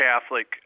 Catholic